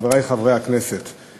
חברי חברי הכנסת,